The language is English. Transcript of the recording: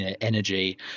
energy